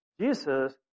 Jesus